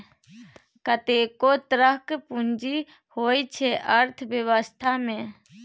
कतेको तरहक पुंजी होइ छै अर्थबेबस्था मे